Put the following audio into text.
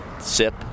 Sip